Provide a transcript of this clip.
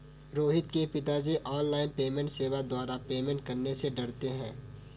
रोहित के पिताजी online payment सेवा के द्वारा पेमेंट करने से डरते हैं